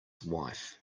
wife